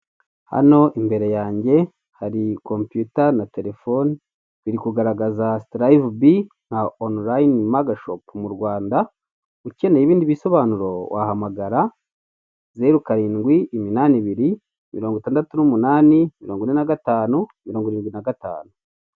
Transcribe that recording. Hano imbere yanjye hari kompiyuta na terefone, birikugaragaza sitarayivubi nka onurayini magashopu mu Rwanda, ukeneye ibindi bisobanuro wahamagara zeru, karindwi. iminani ibiri, mirongo itandatu n'umunani, mirongo ine na gatanu, mirongo irindwi na gatanu.